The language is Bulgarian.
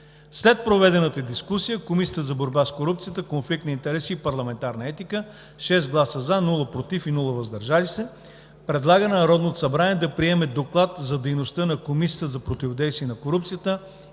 След проведената дискусия Комисията за борба с корупцията, конфликт на интереси и парламентарна етика с 6 гласа „за“, без гласове „против“ и „въздържал се“ предлага на Народното събрание да приеме Доклад за дейността на Комисията за противодействие на корупцията